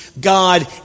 God